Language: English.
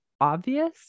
obvious